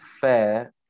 fair